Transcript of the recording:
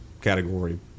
category